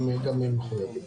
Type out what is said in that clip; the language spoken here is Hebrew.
גם הם מחויבים במס.